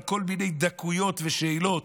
עם כל מיני דקויות ושאלות,